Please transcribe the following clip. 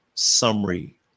summary